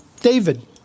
David